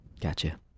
Gotcha